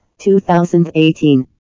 2018